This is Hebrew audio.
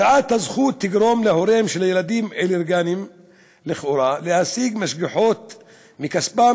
גריעת הזכות תגרום להוריהם של הילדים האלרגיים להשיג משגיחות מכספם,